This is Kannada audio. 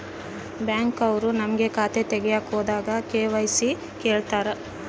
ಬ್ಯಾಂಕ್ ಅವ್ರು ನಮ್ಗೆ ಖಾತೆ ತಗಿಯಕ್ ಹೋದಾಗ ಕೆ.ವೈ.ಸಿ ಕೇಳ್ತಾರಾ?